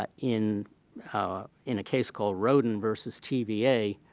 but in ah in a case called roden versus tva,